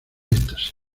éxtasis